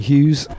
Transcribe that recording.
Hughes